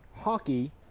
hockey